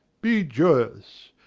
be joyous.